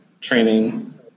training